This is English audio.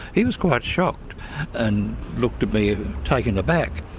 he was quite shocked and looked at me taken aback.